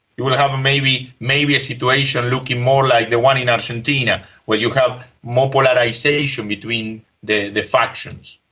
you will have maybe maybe a situation looking more like the one in argentina where you have more polarisation between the the factions.